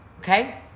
Okay